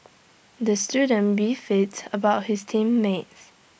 the student beefed IT about his team mates